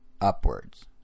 upwards